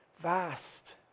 vast